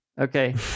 okay